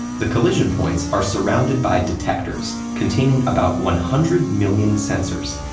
the collision points are surrounded by detectors containing about one hundred million sensors.